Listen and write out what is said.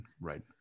right